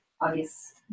obvious